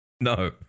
No